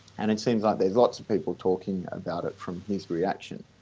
and it seems like there's lots of people talking about it from his reaction.